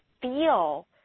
feel